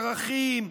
ערכים,